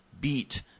beat